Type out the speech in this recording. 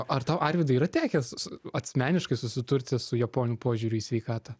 ar tau arvydai yra tekę asmeniškai susidurti su japonų požiūriu į sveikatą